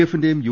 എഫിന്റെയും U